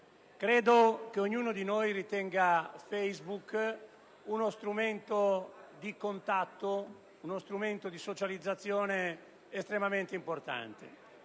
Credo che ognuno di noi ritenga Facebook uno strumento di contatto e di socializzazione estremamente importante.